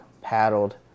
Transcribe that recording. paddled